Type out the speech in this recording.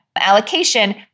allocation